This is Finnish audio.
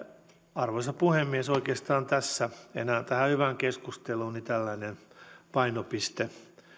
arvoisa puhemies oikeastaan tässä enää tähän hyvään keskusteluun tällainen painopiste